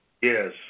Yes